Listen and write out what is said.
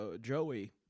Joey